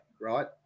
right